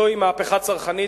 זוהי מהפכה צרכנית.